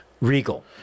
Regal